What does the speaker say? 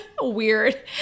weird